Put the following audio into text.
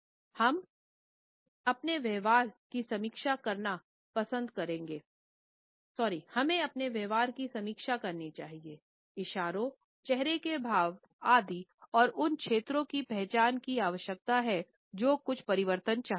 हमे अपने व्यवहार की समीक्षा करनी चाहिए इशारों चेहरे का भाव आदि और उन क्षेत्रों की पहचान की आवश्यकता है जो कुछ परिवर्तन चाहते हैं